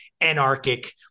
anarchic